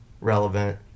relevant